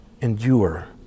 endure